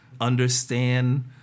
understand